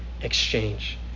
exchange